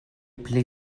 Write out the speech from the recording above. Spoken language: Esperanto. pli